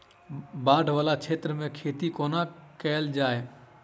बाढ़ वला क्षेत्र मे खेती कोना कैल जाय?